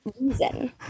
Reason